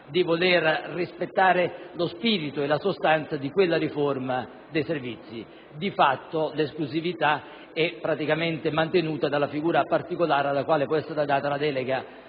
di voler rispettare lo spirito e la sostanza di quella riforma dei Servizi. Di fatto l'esclusività è praticamente mantenuta per la figura particolare alla quale la delega